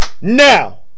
now